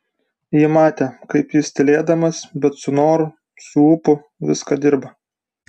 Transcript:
ji matė kaip jis tylėdamas bet su noru su ūpu viską dirba